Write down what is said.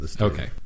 Okay